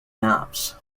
maps